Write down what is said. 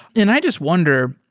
and i just wonder,